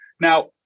Now